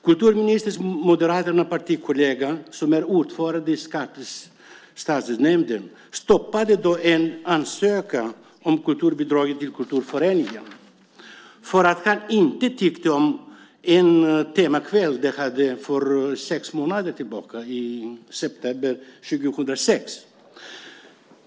Kulturministens moderata partikollega, som är ordförande i Skarpnäcks stadsdelsnämnd, stoppade då en ansökan om kulturbidrag till kulturföreningen för att han inte tyckte om en temakväll föreningen hade för sex månader sedan - i september 2006.